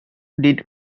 did